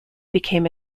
became